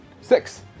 Six